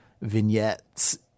vignettes